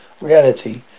reality